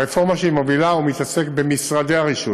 הרפורמה שהיא מובילה מתעסקת במשרדי הרישוי.